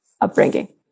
upbringing